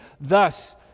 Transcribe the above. thus